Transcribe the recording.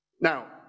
Now